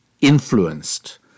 influenced